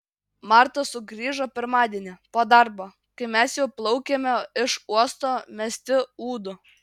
marta sugrįžo pirmadienį po darbo kai mes jau plaukėme iš uosto mesti ūdų